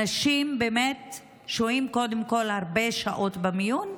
קודם כול, אנשים שוהים הרבה שעות במיון,